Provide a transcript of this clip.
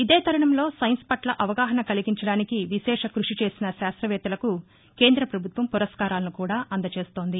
ఇదే తరుణంలో సైన్స్ పట్ల అవగాహన కలిగించడానికి విశేష కృషి చేసిన శాస్రవేత్తలకు కేంద్ర ప్రభుత్వం పురస్కారాలను కూడా అందచేస్తుంది